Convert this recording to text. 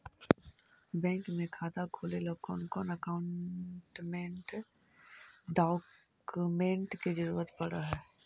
Bank में खाता खोले ल कौन कौन डाउकमेंट के जरूरत पड़ है?